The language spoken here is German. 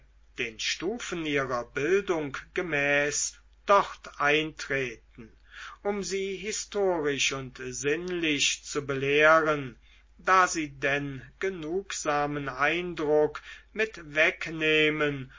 den stufen ihrer bildung gemäß dort eintreten um sie historisch und sinnlich zu belehren da sie denn genugsamen eindruck mit wegnehmen